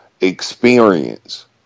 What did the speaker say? experience